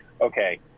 okay